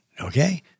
Okay